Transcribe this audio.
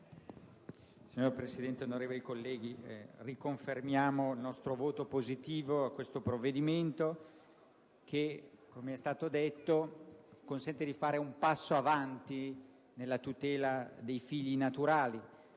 Signor Presidente, riconfermiamo il nostro voto positivo a questo provvedimento che, come è stato detto, consente di fare un passo avanti nella tutela dei figli naturali.